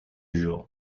jour